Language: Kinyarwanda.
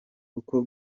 uko